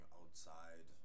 outside